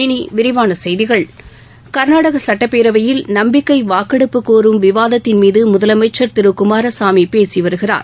இனி விரிவான செய்திகள் கர்நாடகா சுட்டப்பேரவையில் நம்பிக்கை வாக்கெடுப்புக்கோரும் விவாதத்தின் மீது முதலமைச்சர் திரு குமாரசாமி பேசிவருகிறார்